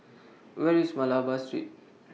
Where IS Malabar Street